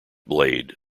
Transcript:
blade